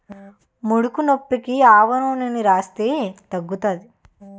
ముడుకునొప్పికి ఆవనూనెని రాస్తే తగ్గుతాది